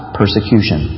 persecution